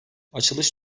açılış